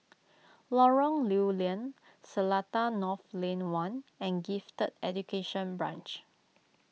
Lorong Lew Lian Seletar North Lane one and Gifted Education Branch